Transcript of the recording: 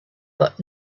but